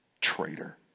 traitor